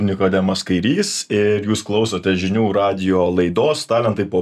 nikodemas kairys ir jūs klausote žinių radijo laidos talentai po